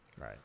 Right